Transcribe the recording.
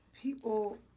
people